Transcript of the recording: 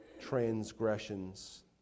transgressions